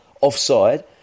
offside